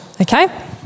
okay